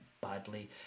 badly